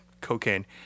cocaine